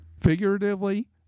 Figuratively